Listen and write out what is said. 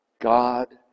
God